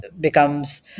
becomes